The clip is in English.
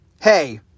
hey